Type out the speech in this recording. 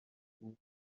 بود